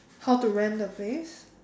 how to rent the place